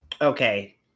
Okay